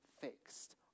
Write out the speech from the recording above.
fixed